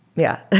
yeah.